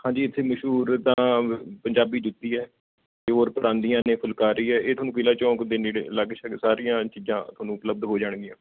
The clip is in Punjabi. ਹਾਂਜੀ ਇੱਥੇ ਮਸ਼ਹੂਰ ਤਾਂ ਪੰਜਾਬੀ ਜੁੱਤੀ ਹੈ ਅਤੇ ਹੋਰ ਪਰਾਂਦੀਆਂ ਨੇ ਫੁਲਕਾਰੀ ਹੈ ਇਹ ਤੁਹਾਨੂੰ ਕਿਲ੍ਹਾ ਚੌਂਕ ਦੇ ਨੇੜੇ ਲਾਗੇ ਸ਼ਾਗੇ ਸਾਰੀਆਂ ਚੀਜ਼ਾਂ ਤੁਹਾਨੂੰ ਉਪਲਬਧ ਹੋ ਜਾਣਗੀਆਂ